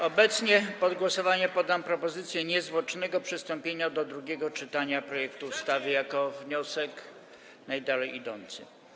Obecnie pod głosowanie poddam wniosek z propozycją niezwłocznego przystąpienia do drugiego czytania projektu ustawy jako wniosek najdalej idący.